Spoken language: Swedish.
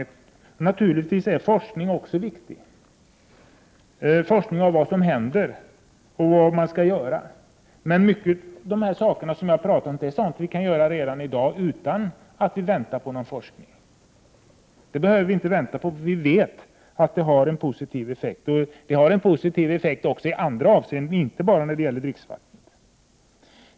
Det är naturligtvis också viktigt med forskning, forskning om vad som händer och vad man skall göra. Men det som jag nu har nämnt är sådana åtgärder som vi kan vidta redan i dag utan att vänta på forskning. Vi vet att de åtgärderna har en positiv effekt också i andra avseenden — inte bara när det gäller dricksvattnet.